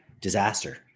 disaster